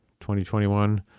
2021